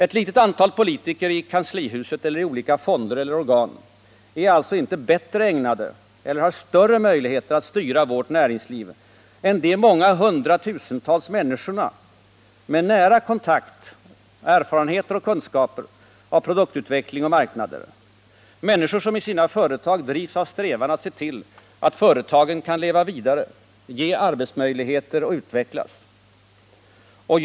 Ett litet antal politiker i kanslihuset eller i olika fonder eller organ är alltså inte bättre ägnade eller har större möjligheter att styra vårt näringsliv än de många hundratusentals människorna med nära kontakt med samt erfarenheter och kunskaper av produktutveckling och marknader — människor som i sina företag drivs av strävan att se till att företagen kan leva vidare, ge arbetsmöjligheter och utvecklas. Tvärtom.